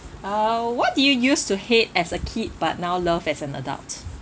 uh what did you use to hate as a kid but now love as an adult